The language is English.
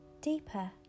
deeper